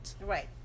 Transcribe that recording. Right